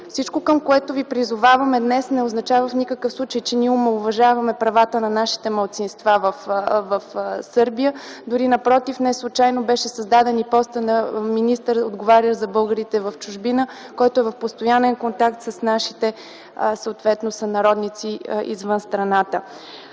Всичко, към което ви призоваваме днес, не означава в никакъв случай, че ние омаловажаваме правата на нашите малцинства в Сърбия, дори напротив, неслучайно беше създаден и поста на министър, отговарящ за българите в чужбина, който е в постоянен контакт с нашите сънародници извън страната.